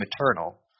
maternal